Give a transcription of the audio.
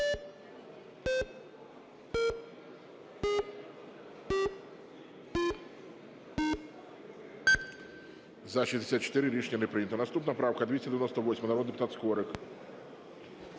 За-64 Рішення не прийнято. Наступна правка 298, народний депутат Скорик.